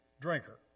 drinker